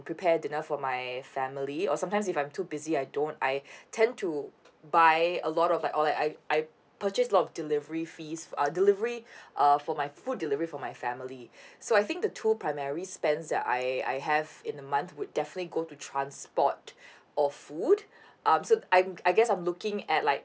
prepare dinner for my family or sometimes if I'm too busy I don't I tend to buy a lot of like all like I I purchased a lot of delivery fees err delivery uh for my food delivery for my family so I think the two primary spends that I I have in a month would definitely go to transport or food um so I'm I guess I'm looking at like